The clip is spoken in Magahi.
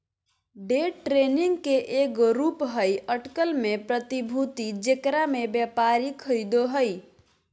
डे ट्रेडिंग के एगो रूप हइ अटकल में प्रतिभूति जेकरा में व्यापारी खरीदो हइ